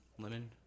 lemon